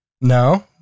No